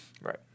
Right